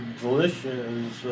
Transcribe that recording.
delicious